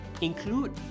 include